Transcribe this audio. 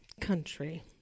Country